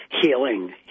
healing